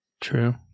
True